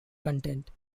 content